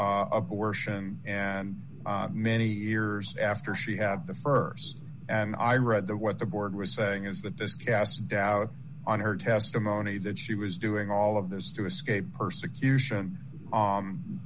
d abortion and many years after she had the st and i read the what the board was saying is that this casts doubt on her testimony that she was doing all of this to escape persecution